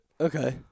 Okay